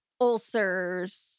ulcers